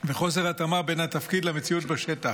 וחוסר התאמה בין התפקיד למציאות בשטח.